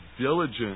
diligent